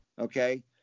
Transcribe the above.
okay